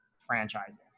franchises